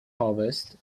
harvest